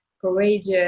courageous